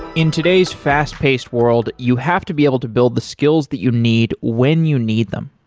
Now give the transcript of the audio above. in today's fast-paced world, you have to be able to build the skills that you need when you need them.